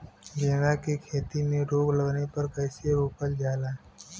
गेंदा की खेती में रोग लगने पर कैसे रोकल जाला?